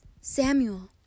Samuel